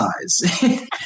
size